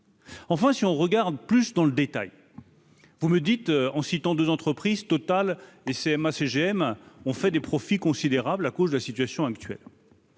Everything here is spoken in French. Enfin, si on regarde plus dans le détail, vous me dites, en citant 2 entreprises Total et CMA-CGM, on fait des profits considérables à cause de la situation actuelle.